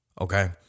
Okay